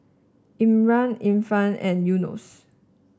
Imran Irfan and Yunos